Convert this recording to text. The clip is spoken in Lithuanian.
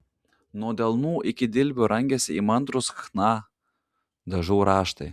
nuo delnų iki dilbių rangėsi įmantrūs chna dažų raštai